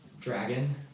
dragon